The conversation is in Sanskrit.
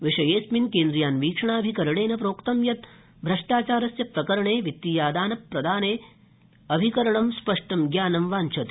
विषयेऽस्मिन् केन्द्रीयान्वीक्षणाभिकरणेन प्रोक्तं यत् भ्रष्टाचारस्य प्रकरणे वित्तीयदानप्रदानविषये अभिकरणं स्पष्ट ज्ञानं वाव्छति